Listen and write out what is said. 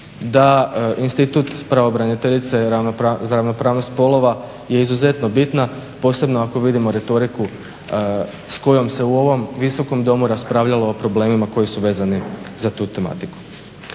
da institut pravobraniteljice za ravnopravnost spolova je izuzetno bitna, posebno ako vidimo retoriku s kojom se u ovom Visokom domu raspravljalo o problemima koji su vezani za tu tematiku.